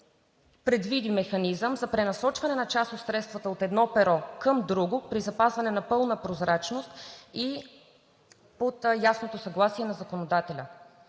предвиди механизъм за пренасочване на част от средствата от едно перо към друго при запазване на пълна прозрачност и под ясното съгласие на законодателя.